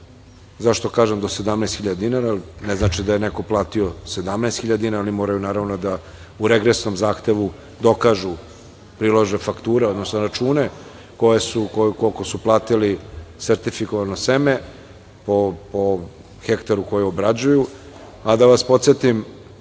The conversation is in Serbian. zašto to kažem do 17 hiljada dinara, ne znači da je neko platio 17 hiljada dinara, oni moraju naravno da u regresnom zahtevu dokažu, prilože fakture, odnosno račune koliko su platili sertifikovano seme po hektaru koje obrađuju. Da vas podsetim,